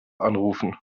anrufen